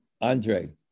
Andre